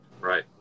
Right